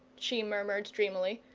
she murmured dreamily.